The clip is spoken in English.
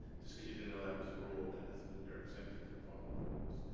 just because you didn't know that was the rule, that doesn't mean you're exempted from following the rules.